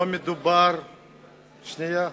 שנייה.